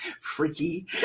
Freaky